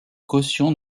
caution